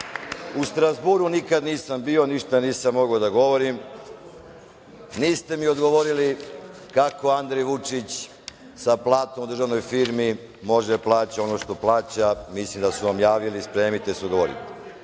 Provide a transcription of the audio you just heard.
Strazburu nikada nisam bio, ništa nisam mogao da govorim. Niste mi odgovorili kako Andrej Vučić sa platom u državnoj firmi može da plaća ono što plaća? Mislim da su vam javili. Spremite se da odgovorite. Što